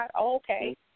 okay